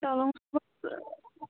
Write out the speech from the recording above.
چَلو